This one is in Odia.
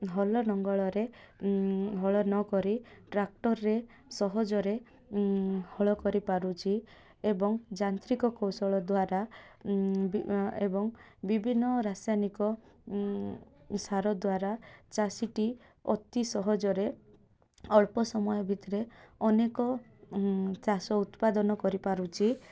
ହଳ ଲଙ୍ଗଳରେ ହଳ ନକରି ଟ୍ରାକ୍ଟରରେ ସହଜରେ ହଳ କରିପାରୁଛି ଏବଂ ଯାନ୍ତ୍ରିକ କୌଶଳ ଦ୍ୱାରା ଏବଂ ବିଭିନ୍ନ ରାସାୟନିକ ସାର ଦ୍ୱାରା ଚାଷୀଟି ଅତି ସହଜରେ ଅଳ୍ପ ସମୟ ଭିତରେ ଅନେକ ଚାଷ ଉତ୍ପାଦନ କରିପାରୁଛି